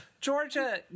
Georgia